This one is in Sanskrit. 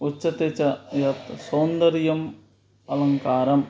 उच्यते च यत् सौन्दर्यम् अलङ्कारम्